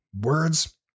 words